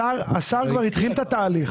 השר כבר התחיל את התהליך.